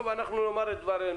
טוב, אנחנו נאמר את דברינו,